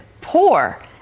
poor